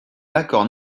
l’accord